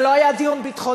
זה לא היה דיון ביטחוני,